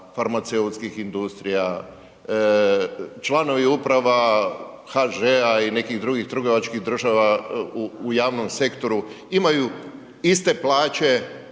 farmaceutskih industrija, članovi uprava HŽ-a i nekih drugih trgovačkih društava u javnom sektoru imaju iste plaće